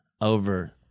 over